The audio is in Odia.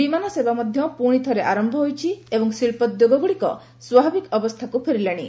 ବିମାନ ସେବା ମଧ୍ୟ ପୁଣିଥରେ ଆରମ୍ଭ ହୋଇଛି ଏବଂ ଶିବ୍ଧୋଦ୍ୟଗଗୁଡ଼ିକ ସ୍ୱାଭାବିକ ଅବସ୍ଥାକୁ ଫେରିଲାଣି